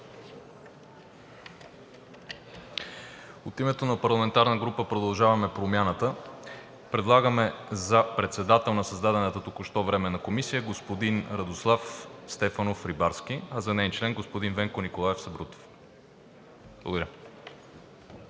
От името на парламентарната група на „Продължаваме Промяната“ предлагаме за председател на създадената току-що Временна комисия господин Радослав Стефанов Рибарски, а за неин член господин Венко Николов Сабрутев. Благодаря.